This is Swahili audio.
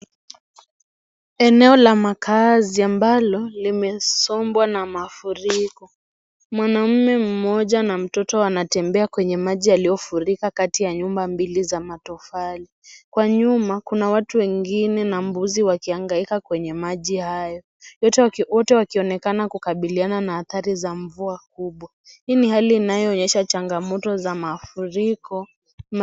Eneo la makazi ambalo limesombwa na mafuriko. Mwanaume mmoja na mtoto wanatembea kwenye maji yaliyofurika Kati ya nyumba mbili za matofali. Kwa nyuma kuna watu wengine na mbuzi wakihangaika kwenye maji hayo. Wote wakionekana kukabiliana na athari za mvua kubwa. Hii ni hali inayoonyesha changamoto za mafuriko.